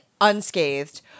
unscathed